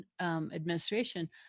administration